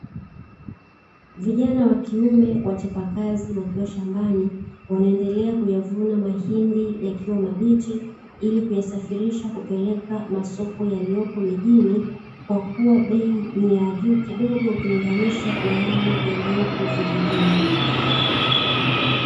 Vijana wakiume wachapakazi wakiwa shambani wanaendelea kuyavuna mahindi yakiwa mabichi, ili kuyasafirisha kupeleka masoko yaliyopo mijini kwakuwa bei ni ya juu kidogo kulinganisha na yale yaliyopo vijijini.